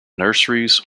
nurseries